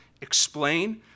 explain